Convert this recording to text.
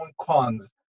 cons